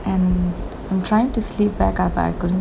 and I'm trying to sleep back but I couldn't sleep